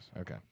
Okay